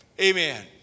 Amen